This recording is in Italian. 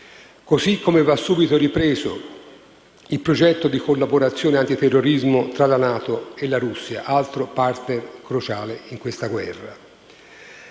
modo, va subito ripreso il progetto di collaborazione anti-terrorismo tra la NATO e la Russia, altro *partner* cruciale in questa guerra.